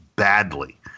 Badly